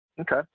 Okay